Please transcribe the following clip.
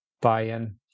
buy-in